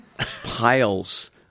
Piles